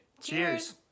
Cheers